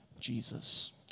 Jesus